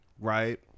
right